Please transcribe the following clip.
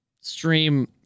stream